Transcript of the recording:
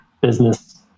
business